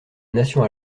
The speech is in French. nation